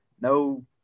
no